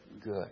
good